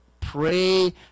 Pray